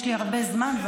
יש לי הרבה זמן,